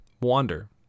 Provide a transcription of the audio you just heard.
wander